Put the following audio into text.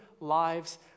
lives